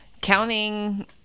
Counting